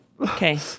Okay